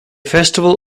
festival